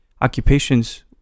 occupations